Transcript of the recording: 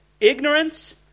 ignorance